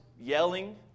yelling